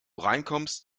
reinkommst